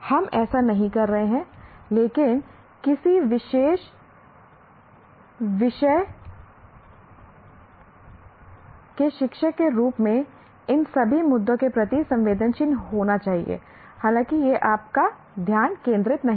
हम ऐसा नहीं कर रहे हैं लेकिन किसी विशेष विषय के शिक्षक के रूप में इन सभी मुद्दों के प्रति संवेदनशील होना चाहिए हालांकि यह आपका ध्यान केंद्रित नहीं है